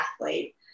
athlete